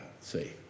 see